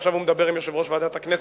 עכשיו הוא מדבר עם יושב-ראש ועדת הכנסת,